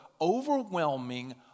overwhelming